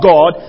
God